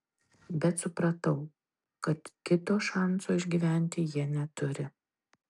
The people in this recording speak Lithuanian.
bet supratau kad kito šanso išgyventi jie neturi